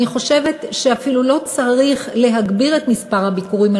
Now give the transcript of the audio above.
אני חושבת שאפילו לא צריך להגביר את מספר הביקורים,